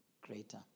greater